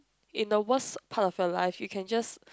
in the worst part of your life you can just